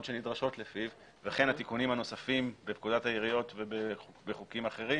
שנדרשות לפיו וכן התיקונים הנוספים בפקודת העיריות ובחוקים אחרים,